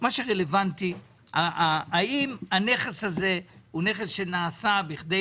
מה שרלוונטי הוא האם הנכס הזה הוא נכס שנעשה בכדי